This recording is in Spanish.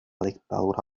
dictadura